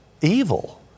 evil